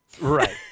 Right